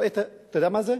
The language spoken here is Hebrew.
אתה יודע מה זה?